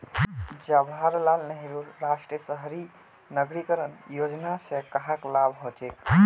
जवाहर लाल नेहरूर राष्ट्रीय शहरी नवीकरण योजनार स कहाक लाभ हछेक